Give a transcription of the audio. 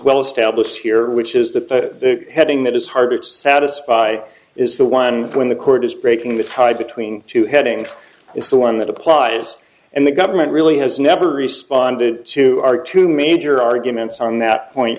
well established here which is that the heading that is hard it satisfy is the one when the court is breaking the tie between two headings it's the one that applies and the government really has never responded to our two major arguments on that point